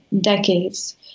decades